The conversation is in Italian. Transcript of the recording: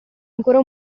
ancora